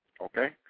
Okay